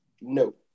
No